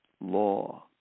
law